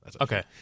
Okay